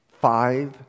Five